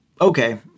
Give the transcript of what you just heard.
okay